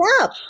up